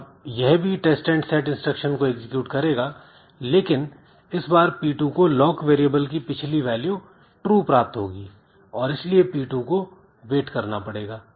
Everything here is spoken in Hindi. अब यह भी टेस्ट एंड सेट इंस्ट्रक्शन को एग्जीक्यूट करेगा लेकिन इस बार P2 को lock वेरिएबल की पिछली वैल्यू true प्राप्त होगी और इसलिए P2 को वेट करना पड़ेगा